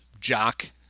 Jock